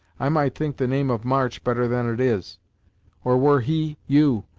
i might think the name of march better than it is or were he, you,